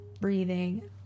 breathing